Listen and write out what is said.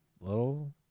little